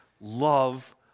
love